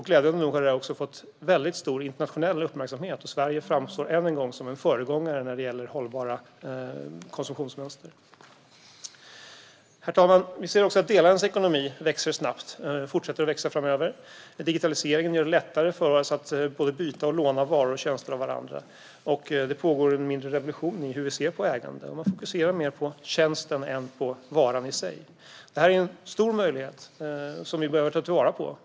Glädjande nog har det fått stor internationell uppmärksamhet. Sverige framstår än en gång som en föregångare när det gäller hållbara konsumtionsmönster. Vi ser också att delar av ekonomin växer snabbt och fortsätter att växa framöver. Digitaliseringen gör det lättare att byta och låna varor och tjänster av varandra. Det pågår en mindre revolution i hur man ser på ägande. Man fokuserar mer på tjänsten än på varan i sig. Det är en stor möjlighet som vi bör ta till vara på.